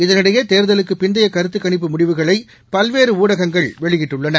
இதனிடையே தேர்தலுக்குப் பிந்தைய கருத்துக் கணிப்பு முடிவுகளை பல்வேறு ஊடகங்கள் வெளியிட்டுள்ளன